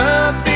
up